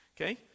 okay